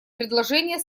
предложение